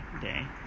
day